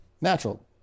Natural